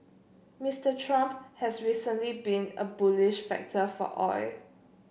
Mister Trump has recently been a bullish factor for oil